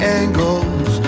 angles